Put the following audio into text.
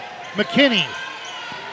McKinney